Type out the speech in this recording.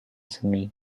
semi